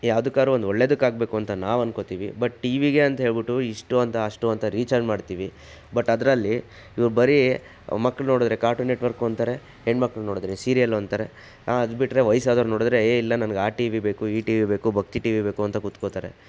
ಯಾವ್ದಕ್ಕಾದ್ರೂ ಒಂದು ಒಳ್ಳೆಯದಕ್ಕೆ ಆಗ್ಬೇಕು ಅಂತ ನಾವು ಅಂದ್ಕೋತೀವಿ ಬಟ್ ಟಿ ವಿಗೆ ಅಂಥೇಳ್ಬಿಟ್ಟು ಇಷ್ಟು ಅಂತ ಅಷ್ಟು ಅಂತ ರೀಚಾರ್ಜ್ ಮಾಡ್ತೀವಿ ಬಟ್ ಅದರಲ್ಲಿ ಇವು ಬರೀ ಮಕ್ಕಳು ನೋಡಿದ್ರೆ ಕಾರ್ಟೂನ್ ನೆಟ್ವರ್ಕು ಅಂತಾರೇ ಹೆಣ್ಮಕ್ಳು ನೋಡಿದ್ರೆ ಸೀರಿಯಲ್ಲು ಅಂತಾರೇ ಅದ್ಬಿಟ್ರೆ ವಯಸ್ಸಾದವ್ರು ನೋಡಿದ್ರೆ ಏ ಇಲ್ಲ ನನಗೆ ಆ ಟಿ ವಿ ಬೇಕು ಈ ಟಿ ವಿ ಬೇಕು ಭಕ್ತಿ ಟಿ ವಿ ಬೇಕು ಅಂತ ಕೂತ್ಕೋತಾರೆ